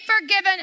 forgiven